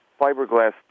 fiberglass